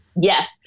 Yes